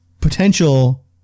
Potential